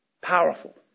Powerful